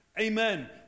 Amen